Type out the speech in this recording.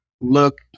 Look